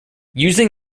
using